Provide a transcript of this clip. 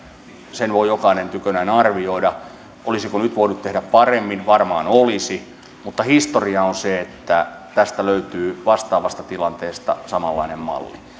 sen voi jokainen tykönään arvioida olisiko nyt voinut tehdä paremmin varmaan olisi mutta historia on se että tästä löytyy vastaavasta tilanteesta samanlainen malli